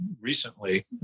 recently